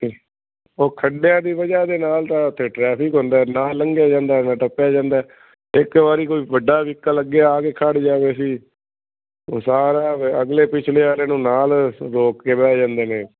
ਉਹ ਖੱਡਿਆਂ ਦੀ ਵਜ੍ਹਾ ਦੇ ਨਾਲ ਤਾਂ ਉੱਥੇ ਟਰੈਫਿਕ ਹੁੰਦਾ ਨਾ ਲੰਘਿਆ ਜਾਂਦਾ ਨਾ ਟੱਪਿਆ ਜਾਂਦਾ ਇੱਕ ਵਾਰੀ ਕੋਈ ਵੱਡਾ ਵੀਹਕਲ ਅੱਗੇ ਆ ਕੇ ਖੜ੍ਹ ਜਾਵੇ ਅਸੀਂ ਉਹ ਸਾਰਾ ਅਗਲੇ ਪਿਛਲੇ ਵਾਲੇ ਨੂੰ ਨਾਲ ਰੋਕ ਕੇ ਬਹਿ ਜਾਂਦੇ ਨੇ